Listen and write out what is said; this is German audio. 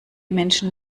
menschen